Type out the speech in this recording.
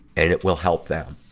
and it will help them.